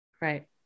Right